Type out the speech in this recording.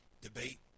debate